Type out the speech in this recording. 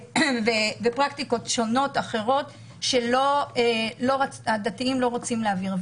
חוקים ופרקטיקות שהדתיים לא רצו להעביר.